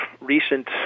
recent